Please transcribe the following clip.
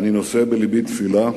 ואני נושא בלבי תפילה